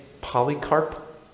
Polycarp